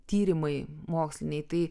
tyrimai moksliniai tai